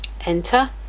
Enter